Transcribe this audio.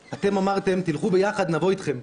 אמרתם: תלכו יחד, נבוא אתכם.